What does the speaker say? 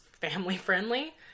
family-friendly